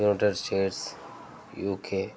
United States UK